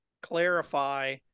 clarify